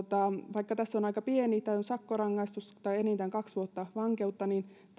vaikka tässä on aika pieni rangaistus sakkorangaistus tai enintään kaksi vuotta vankeutta tämä ei ole